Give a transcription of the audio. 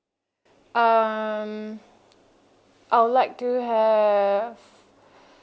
mm I would like to have